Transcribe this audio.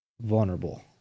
vulnerable